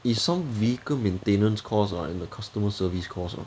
is some vehicle maintenance course lah and the customer service course lah